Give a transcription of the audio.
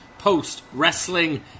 postwrestling